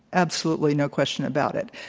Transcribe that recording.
absolutely, no question about it.